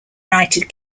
united